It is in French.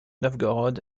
novgorod